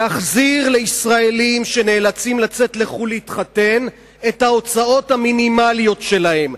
להחזיר לישראלים שנאלצים לצאת לחו"ל להתחתן את ההוצאות המינימליות שלהם.